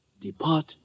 Depart